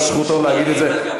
אבל זכותו להגיד את זה.